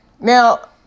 Now